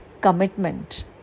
commitment